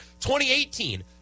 2018